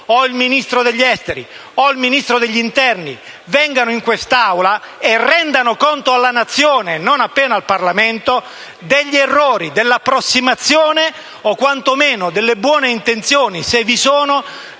o il Ministro degli affari esteri o il Ministro dell'interno vengano in Aula e rendano conto alla Nazione (e non appena al Parlamento) degli errori, dell'approssimazione o quantomeno delle buone intenzioni (se ve ne